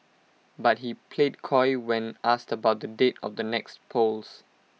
but he played coy when asked about the date of the next polls